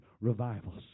revivals